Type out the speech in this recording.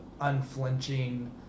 unflinching